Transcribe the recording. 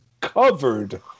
covered